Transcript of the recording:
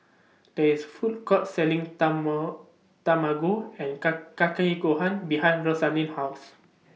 There IS Food Court Selling timer Tamago and Kake Gohan behind Rosaline's House